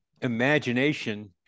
imagination